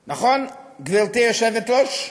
נכון, גברתי היושבת-ראש?